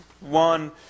One